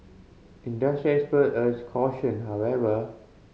industry expert urged caution however